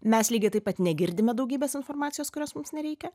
mes lygiai taip pat negirdime daugybės informacijos kurios mums nereikia